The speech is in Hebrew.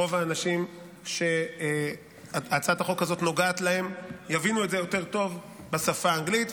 רוב האנשים שהצעת החוק נוגעת להם יבינו את זה יותר טוב בשפה האנגלית.